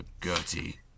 Gertie